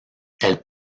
elles